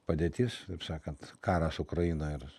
padėtis taip sakant karas ukrainoj ir